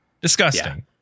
disgusting